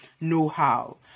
know-how